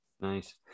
nice